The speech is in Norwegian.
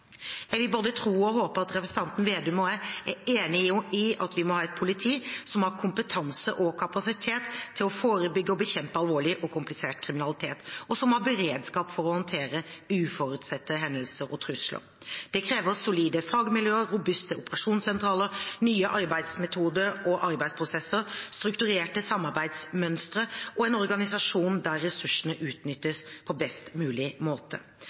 Jeg vil både tro og håpe at representanten Slagsvold Vedum og jeg er enige om at vi må ha et politi som har kompetanse og kapasitet til å forebygge og bekjempe alvorlig og komplisert kriminalitet, og som har beredskap for å håndtere uforutsette hendelser og trusler. Dette krever solide fagmiljøer, robuste operasjonssentraler, nye arbeidsmetoder og arbeidsprosesser, strukturerte samarbeidsmønstre og en organisasjon der ressursene utnyttes på best mulig måte.